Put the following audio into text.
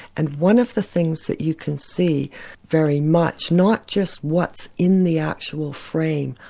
and one of the things that you can see very much, not just what's in the actual frame,